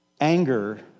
anger